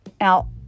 Now